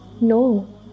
No